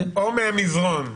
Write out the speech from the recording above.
או מהמזרון,